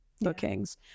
bookings